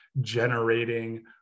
generating